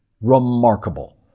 remarkable